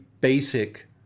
basic